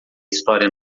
história